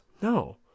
No